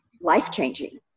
life-changing